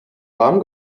warm